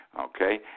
okay